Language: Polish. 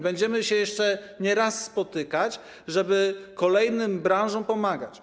Będziemy się jeszcze nieraz spotykać, żeby kolejnym branżom pomagać.